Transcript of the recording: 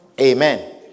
amen